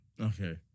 Okay